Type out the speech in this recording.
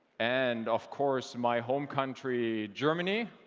and, of course, my home country germany.